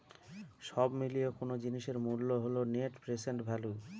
সব মিলিয়ে কোনো জিনিসের মূল্য হল নেট প্রেসেন্ট ভ্যালু